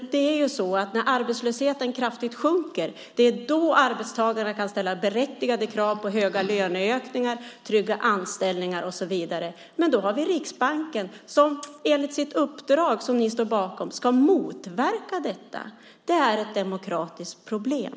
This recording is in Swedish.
När arbetslösheten kraftigt sjunker kan arbetstagarna ställa berättigade krav på stora löneökningar, trygga anställningar och så vidare. Men då har vi Riksbanken som enligt sitt uppdrag, som ni står bakom, ska motverka detta. Det är ett demokratiskt problem.